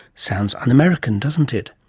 sounds un-american doesn't it?